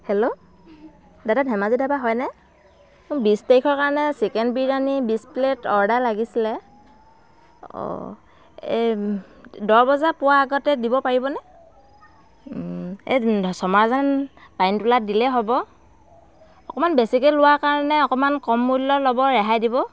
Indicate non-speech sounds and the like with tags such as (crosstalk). hello দাদা ধেমাজি ধাবা হয়নে বিছ তাৰিখৰ কাৰণে চিকেন বিৰিয়ানী বিছ প্লেট অৰ্ডাৰ লাগিছিলে অঁ এই দহ বজা পোৱাৰ আগতে দিব পাৰিবনে এই (unintelligible) ছমাজান পানীতোলাত দিলেই হ'ব অকণমান বেছিকৈ লোৱাৰ কাৰণে অকণমান কম মূল্য ল'ব ৰেহাই দিব